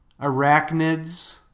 arachnids